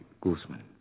Guzman